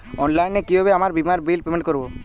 অনলাইনে কিভাবে আমার বীমার বিল পেমেন্ট করবো?